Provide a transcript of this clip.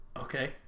Okay